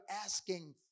asking